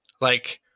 Like-